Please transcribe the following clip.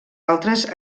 altres